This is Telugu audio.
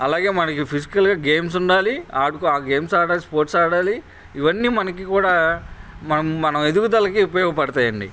అలాగే మనకి ఫిజికల్గా గేమ్స్ ఉండాలి ఆ గేమ్స్ ఆడాలి స్పోర్ట్స్ ఆడాలి ఇవన్నీ మనకి కూడా మనం మన ఎదుగుదలకు ఉపయోగపడతాయండి